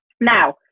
Now